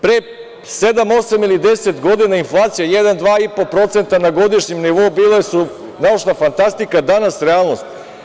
Pre sedam, osam ili deset godina, inflacija 1%, 2,5% na godišnjem nivou, bile su naučna fantastika, danas realnost.